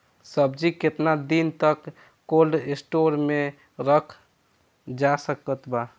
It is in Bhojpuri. सब्जी केतना दिन तक कोल्ड स्टोर मे रखल जा सकत बा?